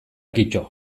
kito